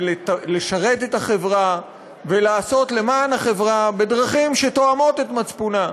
לשרת את החברה ולעשות למען החברה בדרכים שתואמות את מצפונה.